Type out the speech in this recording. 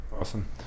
Awesome